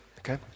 okay